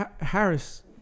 Harris